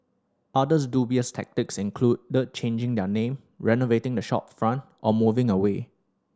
others dubious tactics included the changing their name renovating the shopfront or moving away